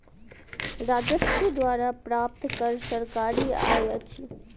राजस्व द्वारा प्राप्त कर सरकारी आय अछि